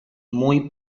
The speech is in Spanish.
muy